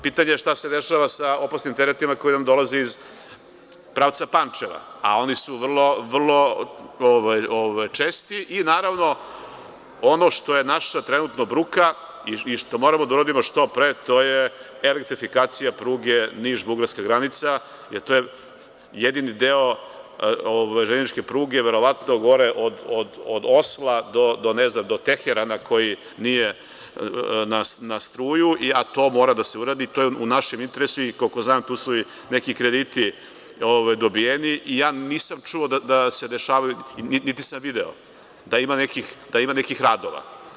Pitanje je šta se dešava sa opasnim teretima koji nam dolaze iz pravca Pančeva, a oni su vrlo česti i naravno ono što je naša trenutno bruka i što moramo da uradimo što pre, to je elektrifikacija pruge Niš-Bugarska granica jer to je jedini deo železničke pruge verovatno gore od Osla do Teherana koji nije na struju, a to mora da se uradi, to je u našem interesu i koliko znam bu su i neki krediti dobijeni i ja nisam čuo da se dešavaju niti sam video da ima nekih radova.